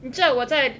你知道我在